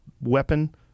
weapon